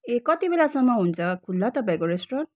ए कतिबेलासम्म हुन्छ खुल्ला तपाईँहरूको रेस्टुरन्ट